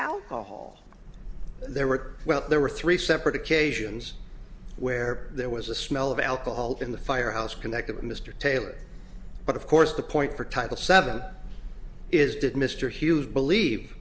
alcohol there were well there were three separate occasions where there was a smell of alcohol in the firehouse connected with mr taylor but of course the point for title seven is did mr hughes believe